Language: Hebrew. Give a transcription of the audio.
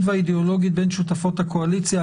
והאידיאולוגית בין שותפות הקואליציה.